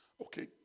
okay